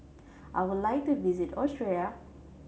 I would like to visit Austria